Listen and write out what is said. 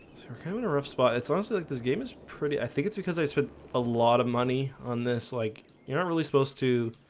i mean a rough spot it's honestly like this game is pretty i think it's because i spent a lot of money on this like you're not really supposed to